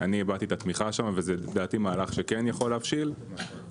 מי שלא יודע לטפל במים אפשר להעניש אותו, לא צריך